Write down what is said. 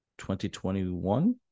2021